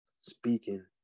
speaking